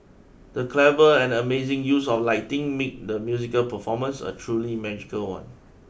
the clever and amazing use of lighting made the musical performance a truly magical one